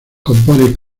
compone